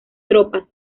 tropas